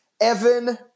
Evan